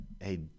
hey